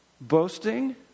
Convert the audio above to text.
Boasting